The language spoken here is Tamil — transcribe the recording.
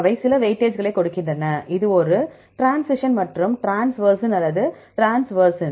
அவை சில வெயிட்டேஜ்களைக் கொடுக்கின்றன இது ஒரு ட்ரான்சிஷன் மற்றும் ட்ரான்ஸ்வெர்ட்ஸின்ஸ் அல்லது ட்ரான்ஸ்வெர்ட்ஸின்